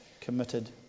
committed